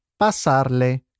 pasarle